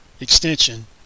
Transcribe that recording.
extension